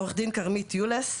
עו"ד כרמית יוליס,